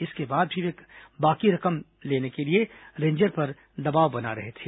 इसके बाद भी वे बाकी रकम को लेने के लिए रेंजर पर दबाव डाल रहे थे